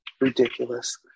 ridiculous